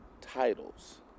titles